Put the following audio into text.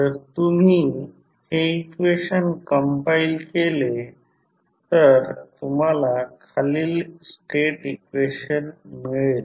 जर तुम्ही हे इक्वेशन कंपाईल केली तर तुम्हाला खालील स्टेट इक्वेशन मिळेल